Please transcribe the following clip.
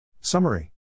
Summary